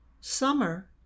Summer